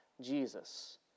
Jesus